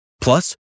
Plus